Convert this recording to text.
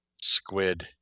Squid